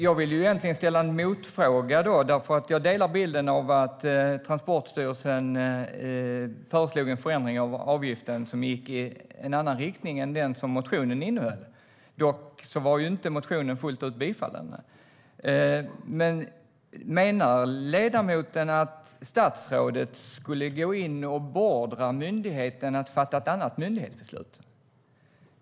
Jag vill ställa en motfråga. Jag delar bilden att Transportstyrelsen föreslog en förändring av avgiften som gick i en annan riktning än den som motionen innehöll. Motionen var dock inte fullt ut bifallen. Menar ledamoten att statsrådet skulle gå in och beordra myndigheten att fatta ett annat myndighetsbeslut?